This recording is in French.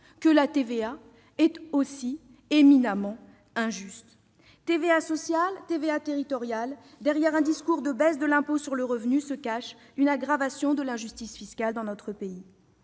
que la TVA est aussi éminemment injuste. TVA sociale, TVA territoriale : la baisse de l'impôt sur le revenu cache une aggravation de l'injustice fiscale dans notre pays.